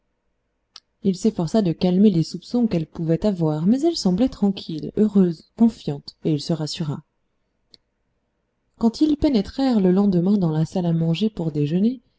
il s'efforça de calmer les soupçons qu'elle pouvait avoir mais elle semblait tranquille heureuse confiante et il se rassura quand ils pénétrèrent le lendemain dans la salle à manger pour déjeuner